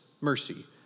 mercy